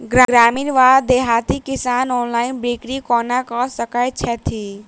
ग्रामीण वा देहाती किसान ऑनलाइन बिक्री कोना कऽ सकै छैथि?